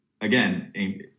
again